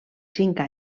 cinc